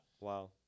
wow